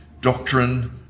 doctrine